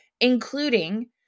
including